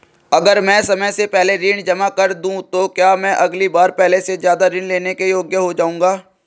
अगर मैं समय से पहले ऋण जमा कर दूं तो क्या मैं अगली बार पहले से ज़्यादा ऋण लेने के योग्य हो जाऊँगा?